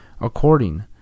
According